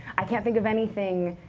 i can't think of anything,